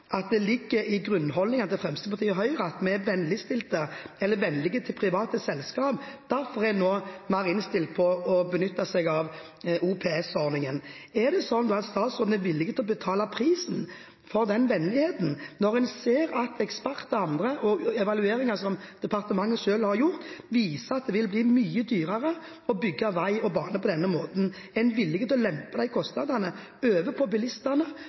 at det ligger i grunnholdningen til Fremskrittspartiet og Høyre at man er vennlige til private selskaper. Derfor er man nå mer innstilt på å benytte seg av OPS-ordningen. Er det slik at statsråden er villig til å betale prisen for den vennligheten når man ser at eksperter og andre, også evalueringer som departementet selv har gjort, viser at det vil bli mye dyrere å bygge vei og bane på denne måten? Er man villig til å lempe de kostnadene over på bilistene